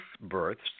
births